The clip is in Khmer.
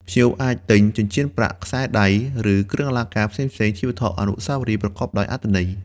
ភ្ញៀវអាចទិញ ចិញ្ចៀនប្រាក់ ខ្សែដៃ ឬគ្រឿងអលង្ការផ្សេងៗជាវត្ថុអនុស្សាវរីយ៍ប្រកបដោយអត្ថន័យ។